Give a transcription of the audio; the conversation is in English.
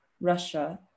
Russia